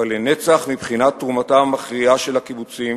אבל הן נצח מבחינת תרומתם המכריעה של הקיבוצים